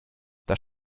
das